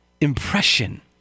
impression